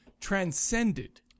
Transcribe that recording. transcended